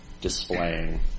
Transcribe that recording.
displaying